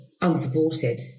unsupported